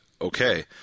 okay